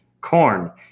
Corn